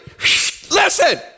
Listen